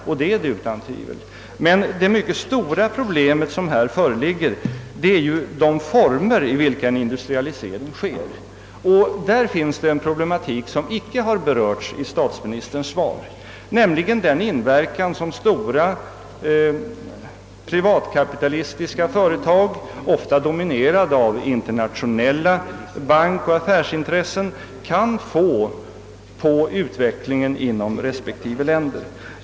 Det är den utan tvivel, men det mycket stora problemet härvidlag gäller de former i vilka industrialiseringen sker, och här finns en problematik som icke berördes i statsministerns svar, nämligen den inverkan som stora privatkapitalistiska företag, ofta dominerade av internationella bankoch affärsintressen, kan få på utvecklingen inom respektive länder.